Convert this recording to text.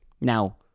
Now